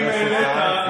תודה חבר הכנסת אייכלר.